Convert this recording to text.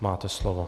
Máte slovo.